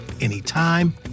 anytime